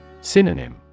Synonym